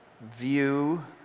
view